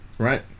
Right